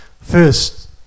First